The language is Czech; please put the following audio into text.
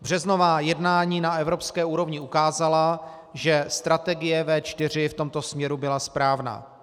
Březnová jednání na evropské úrovni ukázala, že strategie V4 v tomto směru byla správná.